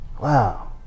wow